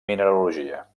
mineralogia